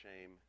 shame